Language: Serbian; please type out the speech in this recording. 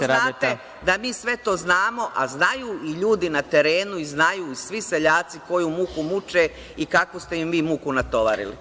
Vi dobro znate da mi sve to znamo, a znaju i ljudi na terenu i znaju i svi seljaci koju muku muče i kakvu ste im vi muku natovarili.